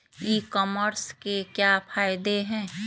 ई commerce के क्या फायदे हैं?